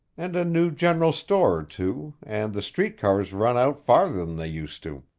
and a new general store or two, and the street cars run out farther than they used to.